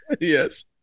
Yes